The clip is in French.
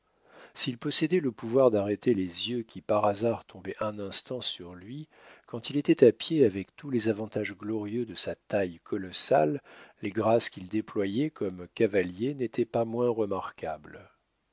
s'il possédait le pouvoir d'arrêter les yeux qui par hasard tombaient un instant sur lui quand il était à pied avec tous les avantages glorieux de sa taille colossale les grâces qu'il déployait comme cavalier n'étaient pas moins remarquables